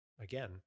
again